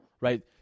right